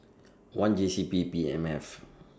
one J C P M F